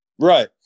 Right